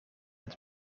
het